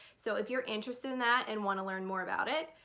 so if you're interested in that and want to learn more about it,